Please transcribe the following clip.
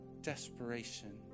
desperation